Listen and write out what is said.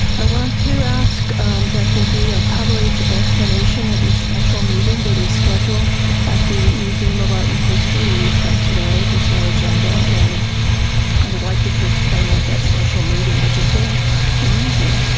i want to ask that there be a public explanation of your special meeting that is scheduled at the museum of art and history a week from today. there's no agenda and i would like you to explain what that special meeting, which is very unusual,